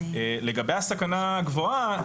לגבי הסכנה הגבוהה,